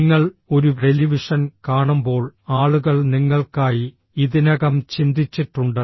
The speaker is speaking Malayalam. നിങ്ങൾ ഒരു ടെലിവിഷൻ കാണുമ്പോൾ ആളുകൾ നിങ്ങൾക്കായി ഇതിനകം ചിന്തിച്ചിട്ടുണ്ട്